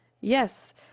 Yes